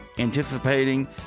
anticipating